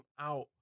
out